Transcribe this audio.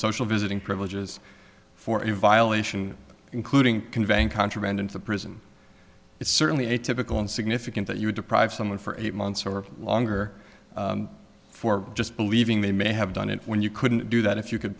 social visiting privileges for a violation including conveying contraband into prison it's certainly a typical in significant that you would deprive someone for eight months or longer for just believing they may have done it when you couldn't do that if you could